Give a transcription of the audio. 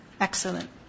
Excellent